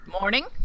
Morning